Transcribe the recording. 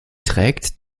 trägt